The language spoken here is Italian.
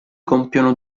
compiono